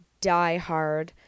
diehard